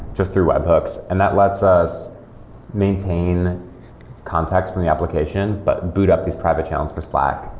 just through webhooks. and that lets us maintain contacts from the application, but boot up these private channels for slack.